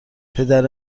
پدر